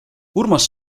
urmas